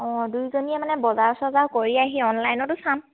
অঁ দুইজনীয়ে মানে বজাৰ চজাৰ কৰি আহি অনলাইনতো চাম